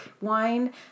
wine